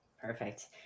Perfect